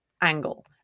angle